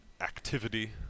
activity